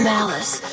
Malice